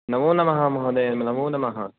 नमो नमः महोदय नमो नमः